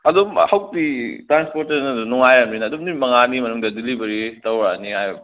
ꯑꯗꯨꯝ ꯍꯧꯖꯤꯛꯇꯤ ꯇ꯭ꯔꯥꯟꯁꯄꯣꯔꯇꯔꯅꯁꯨ ꯅꯨꯡꯉꯥꯏꯔꯕꯅꯤꯅ ꯑꯗꯨꯝ ꯅꯨꯃꯤꯠ ꯃꯪꯉꯥꯅꯤ ꯃꯅꯨꯡꯗ ꯗꯤꯂꯤꯕꯔꯤ ꯇꯧꯔꯛꯑꯅꯤ ꯍꯥꯏꯔꯤꯕ